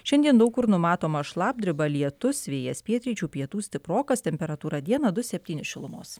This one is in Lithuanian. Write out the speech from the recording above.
šiandien daug kur numatoma šlapdriba lietus vėjas pietryčių pietų stiprokas temperatūra dieną du septyni šilumos